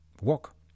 walk